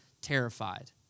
terrified